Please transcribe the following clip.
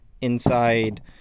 inside